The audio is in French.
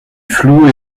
floue